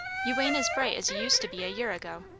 you ain't as bright as you used to be a year ago.